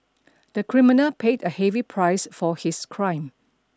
the criminal paid a heavy price for his crime